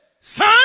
Son